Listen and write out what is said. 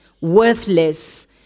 worthless